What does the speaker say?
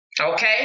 Okay